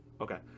Okay